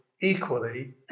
equally